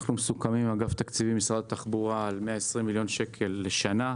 אנחנו מסוכמים עם אגף תקציבים ומשרד התחבורה על 120 מיליון שקל לשנה,